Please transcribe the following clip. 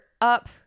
up